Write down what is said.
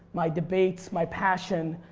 my debates, my passion,